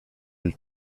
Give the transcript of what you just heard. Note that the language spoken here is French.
elle